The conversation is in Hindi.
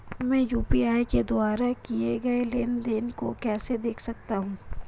मैं यू.पी.आई के द्वारा किए गए लेनदेन को कैसे देख सकता हूं?